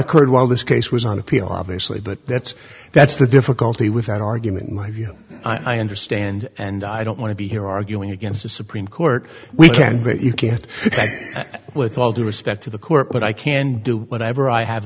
occurred while this case was on appeal obviously but that's that's the difficulty with an argument in my view i understand and i don't want to be here arguing against the supreme court we can you can't with all due respect to the court but i can do whatever i ha